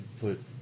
put